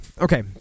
Okay